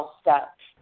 steps